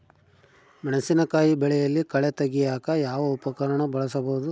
ಮೆಣಸಿನಕಾಯಿ ಬೆಳೆಯಲ್ಲಿ ಕಳೆ ತೆಗಿಯಾಕ ಯಾವ ಉಪಕರಣ ಬಳಸಬಹುದು?